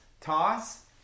Toss